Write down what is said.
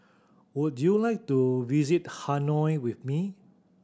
would you like to visit Hanoi with me